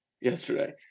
yesterday